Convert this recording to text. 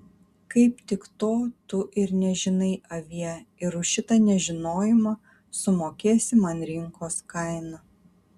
kaip tik to tu ir nežinai avie ir už šitą nežinojimą sumokėsi man rinkos kainą